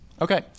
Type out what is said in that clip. Okay